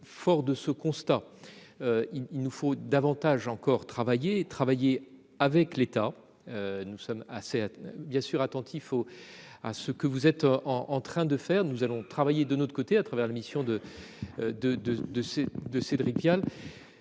fort de ce constat. Il nous faut davantage encore travailler travailler avec l'État. Nous sommes assez bien sûr attentifs au à ce que vous êtes en train de faire, nous allons travailler de notre côté, à travers la mission de.